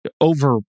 over